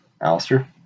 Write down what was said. Alistair